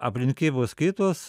aplinkybos kitos